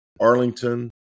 Arlington